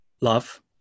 love